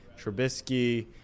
trubisky